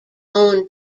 own